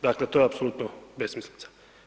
Dakle to je apsolutno besmislica.